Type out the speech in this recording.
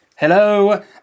Hello